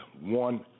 one